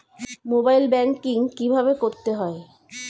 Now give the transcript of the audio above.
Mobile banking কীভাবে করতে হয়?